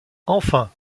enfin